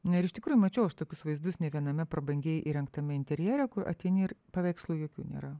na ir iš tikrųjų mačiau aš tokius vaizdus ne viename prabangiai įrengtame interjere kur ateini ir paveikslų jokių nėra